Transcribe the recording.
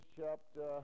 chapter